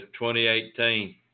2018